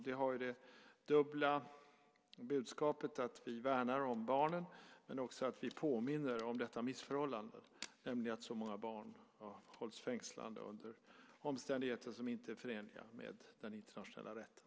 Det ger det dubbla budskapet att vi dels värnar om barnen, dels påminner om missförhållandet att så många barn hålls fängslade under omständigheter som inte är förenliga med den internationella rätten.